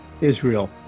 Israel